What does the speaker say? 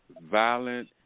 violent